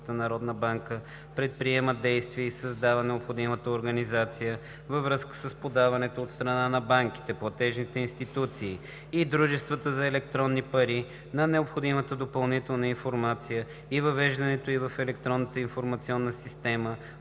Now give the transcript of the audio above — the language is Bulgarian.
народна банка предприема действия и създава необходимата организация във връзка с подаването от страна на банките, платежните институции и дружествата за електронни пари на необходимата допълнителна информация и въвеждането ѝ в електронната информационна система